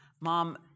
Mom